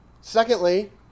Secondly